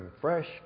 fresh